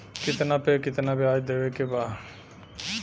कितना पे कितना व्याज देवे के बा?